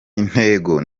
intego